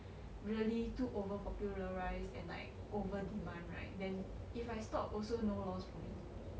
really too over popularized and like over demand right then if I stop also no loss for me